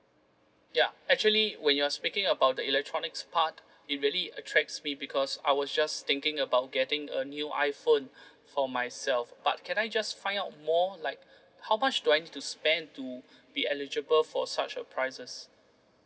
ya actually when you're speaking about the electronics part it really attracts me because I was just thinking about getting a new iphone for myself but can I just find out more like how much do I need to spend to be eligible for such err prizes